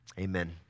Amen